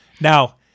Now